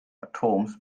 atoms